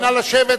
נא לשבת,